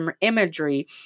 imagery